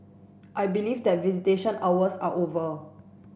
I believe that visitation hours are over